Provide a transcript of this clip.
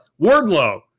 Wardlow